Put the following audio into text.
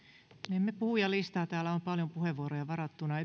menemme puhujalistaan täällä on paljon puheenvuoroja varattuna